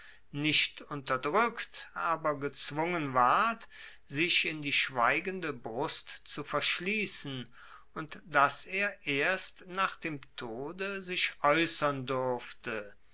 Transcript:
nicht unterdrueckt aber gezwungen ward sich in die schweigende brust zu verschliessen und dass er erst nach dem tode sich aeussern durfte